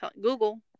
Google